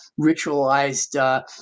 ritualized